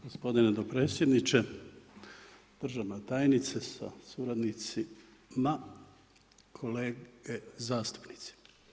Gospodine dopredsjedniče, državna tajnice sa suradnicima, kolege zastupnici.